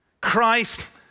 Christ